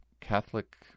Catholic